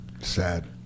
Sad